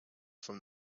from